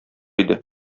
иде